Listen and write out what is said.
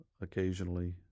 occasionally